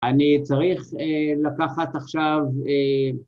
‫אני צריך לקחת עכשיו...